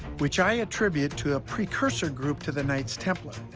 which i attribute to a precursor group to the knights templar,